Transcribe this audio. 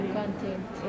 content